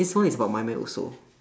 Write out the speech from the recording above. this one is about my mind also